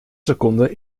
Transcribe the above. seconden